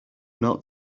not